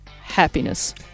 Happiness